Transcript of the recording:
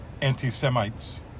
anti-Semites